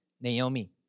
Naomi